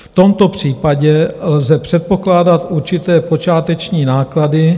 V tomto případě lze předpokládat určité počáteční náklady...